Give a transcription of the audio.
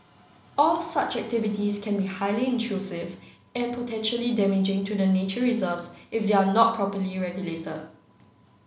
all such activities can be highly intrusive and potentially damaging to the nature reserves if they are not properly regulated